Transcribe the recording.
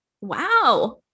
Wow